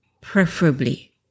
preferably